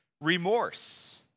remorse